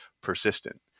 persistent